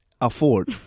afford